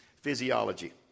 physiology